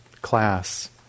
class